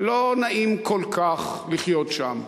לא נעים כל כך לחיות שם.